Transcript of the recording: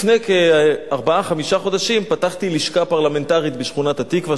לפני ארבעה-חמישה חודשים פתחתי לשכה פרלמנטרית בשכונת-התקווה,